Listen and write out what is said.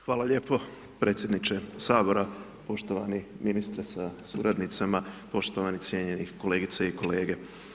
Hvala lijepo predsjedniče Sabora, poštovani ministre sa suradnicama, poštovani i cijenjeni kolegice i kolege.